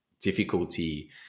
difficulty